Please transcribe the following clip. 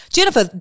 Jennifer